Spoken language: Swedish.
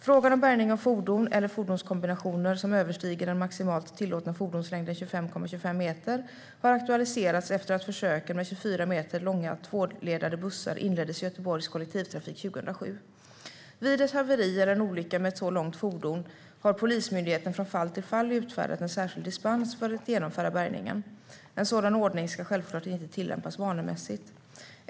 Frågan om bärgning av fordon eller fordonskombinationer som överstiger den maximalt tillåtna fordonslängden 25,25 meter har aktualiserats efter att försöken med 24 meter långa tvåledade bussar inleddes i Göteborgs kollektivtrafik 2007. Vid ett haveri eller en olycka med ett så långt fordon har Polismyndigheten från fall till fall utfärdat en särskild dispens för att genomföra bärgningen. En sådan ordning ska självklart inte tillämpas vanemässigt.